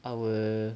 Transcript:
our